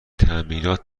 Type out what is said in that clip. تعمیرات